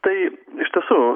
taip iš tiesų